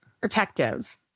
protective